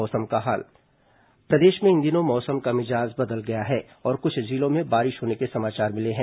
मौसम प्रदेश में इन दिनों मौसम का मिजाज बदल गया है और कुछ जिलों में बारिश होने के समाचार मिले हैं